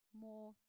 more